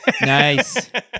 Nice